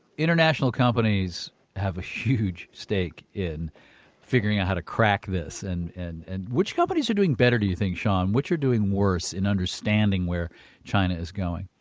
international companies have a huge stake in figuring out how to crack this, and and which companies are doing better do you think, shaun, which are doing worse in understanding where china is going?